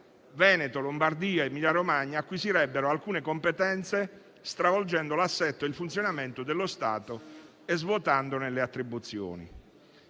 Veneto, la Lombardia e l'Emilia-Romagna acquisirebbero alcune competenze, stravolgendo l'assetto e il funzionamento dello Stato e svuotandone le attribuzioni.